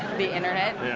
the internet?